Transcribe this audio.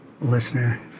listener